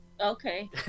Okay